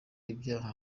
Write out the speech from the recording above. ivyaha